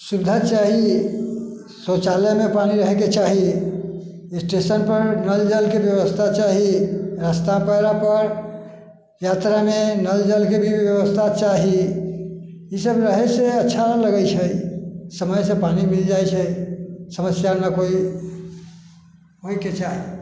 सुविधा चाही शौचालय मे पानि रहय के चाही स्टेशन पर नल जल के व्यवस्था चाही रास्ता पेरा यात्रा मे नल जल के भी व्यवस्था चाही इसब रहै छै अच्छा लगय छै समय से पानि भी मिल जाइ छै समस्या से न कोइ होइ के चाही